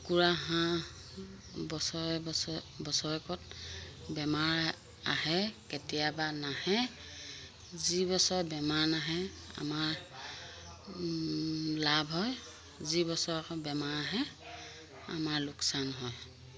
কুকুৰা হাঁহ বছৰে বছৰে বছৰেকত বেমাৰ আহে কেতিয়াবা নাহে যিবছৰত বেমাৰ নাহে আমাৰ লাভ হয় যি বছৰক বেমাৰ আহে আমাৰ লোকচান হয়